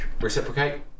reciprocate